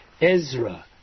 Ezra